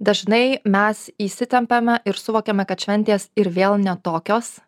dažnai mes įsitempiame ir suvokiame kad šventės ir vėl ne tokios